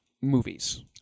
movies